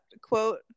quote